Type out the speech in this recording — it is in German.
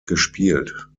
gespielt